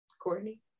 Courtney